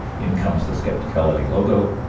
in comes the skepticality logo,